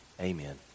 Amen